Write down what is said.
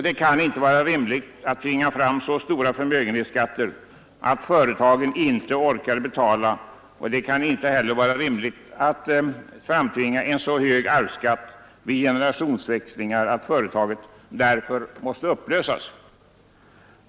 Det kan inte vara riktigt att tvinga fram så stora förmögenhetsskatter att företagen icke orkar betala. Det kan inte heller vara rimligt att framtvinga en så hög arvsskatt vid generationsväxlingar att företaget därför måste upplösas.